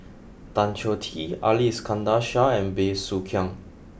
Tan Choh Tee Ali Iskandar Shah and Bey Soo Khiang